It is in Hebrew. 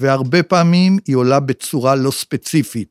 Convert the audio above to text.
‫והרבה פעמים היא עולה ‫בצורה לא ספציפית.